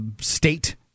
state